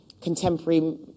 Contemporary